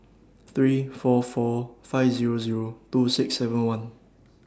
three four four five Zero Zero two six seven one